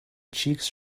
cheeks